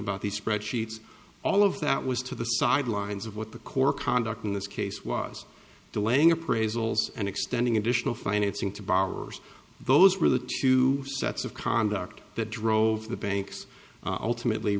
about the spread sheets all of that was to the sidelines of what the core conduct in this case was delaying appraisals and extending additional financing to borrowers those were the two sets of conduct that drove the banks are ultimately